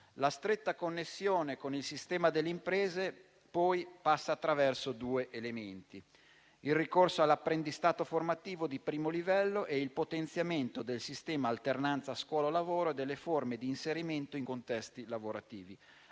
La stretta connessione con il sistema delle imprese passa poi attraverso due elementi: il ricorso all'apprendistato formativo di primo livello e il potenziamento del sistema alternanza scuola-lavoro e delle forme di inserimento in contesti lavorativi,